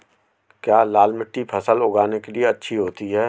क्या लाल मिट्टी फसल उगाने के लिए अच्छी होती है?